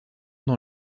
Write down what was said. dans